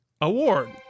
award